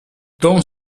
don